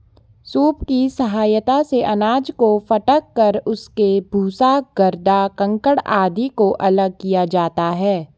soup की सहायता से अनाज को फटक कर उसके भूसा, गर्दा, कंकड़ आदि को अलग किया जाता है